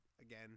again